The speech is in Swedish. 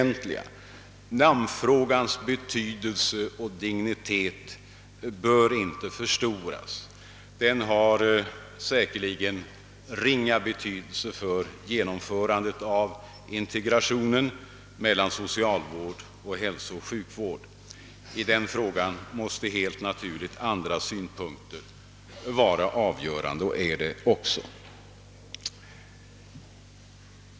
Namnfrågans betydelse och dignitet bör inte överdrivas. Den har säkerligen ringa betydelse för genomförandet av integrationen mellan socialvård och hälsooch sjukvård. Därvid måste helt naturligt andra synpunkter vara avgörande och är det också.